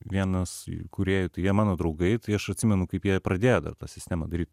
vienas kūrėjų tai jie mano draugai tai aš atsimenu kaip jie pradėjo dar ta sistemą daryt